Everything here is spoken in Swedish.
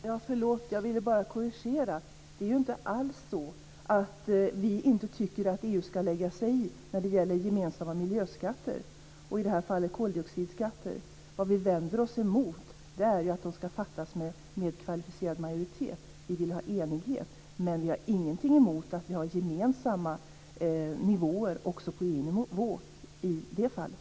Fru talman! Jag vill bara göra en korrigering. Det är inte alls så att vi inte tycker att EU ska lägga sig i gemensamma miljöskatter, och i det här fallet koldioxidskatter. Vad vi vänder oss mot är att beslut ska fattas med kvalificerad majoritet. Vi vill ha enighet. Men vi har ingenting emot att vi har gemensamma nivåer också på EU-nivå i det fallet.